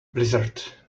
blizzard